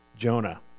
Jonah